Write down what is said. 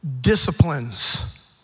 disciplines